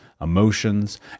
emotions